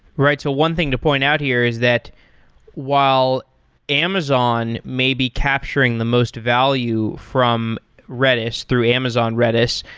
right. so one thing to point out here is that while amazon may be capturing the most value from redis through amazon redis,